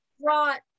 brought